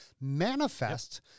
manifest